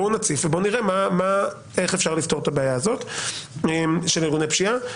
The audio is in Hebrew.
בואו נציף ונראה איך אפשר לפתור את הבעיה הזאת של ארגוני הפשיעה.